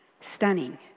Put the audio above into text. Stunning